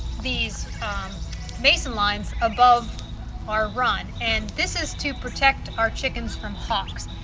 these um mason lines above our run and this is to protect our chickens from hawks.